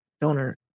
donor